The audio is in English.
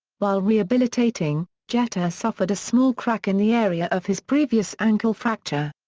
while rehabilitating, jeter suffered a small crack in the area of his previous ankle fracture.